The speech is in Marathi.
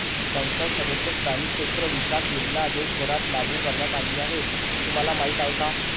संसद सदस्य स्थानिक क्षेत्र विकास योजना देशभरात लागू करण्यात आली हे तुम्हाला माहीत आहे का?